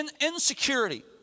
Insecurity